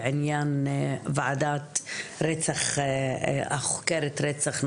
בעניין ועדה החוקרת רצח נשים,